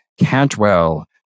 Cantwell